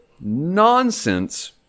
nonsense